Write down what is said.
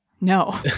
No